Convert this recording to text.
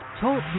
Talk